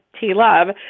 T-Love